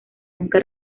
nunca